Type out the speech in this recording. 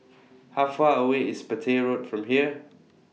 How Far away IS Petir Road from here